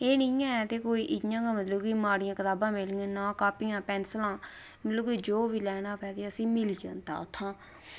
ते एह् निं ऐ की कोई इंया माड़ियां कताबां मिलङन ना कॉपियां पैंसलां मतलब कि जो बी लैना होऐ असेंगी मिली जंदा उत्थुआं